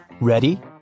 Ready